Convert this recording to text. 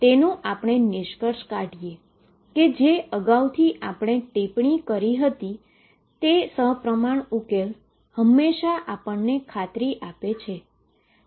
તેથી ચાલો આપણે નિષ્કર્ષ કાઢીએ કે જેમ આપણે અગાઉ ટિપ્પણી કરી તેમ એક સપ્રમાણ ઉકેલ હંમેશાં ખાતરી આપે છે